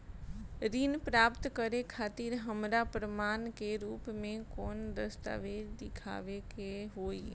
ऋण प्राप्त करे खातिर हमरा प्रमाण के रूप में कौन दस्तावेज़ दिखावे के होई?